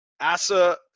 Asa